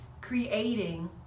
creating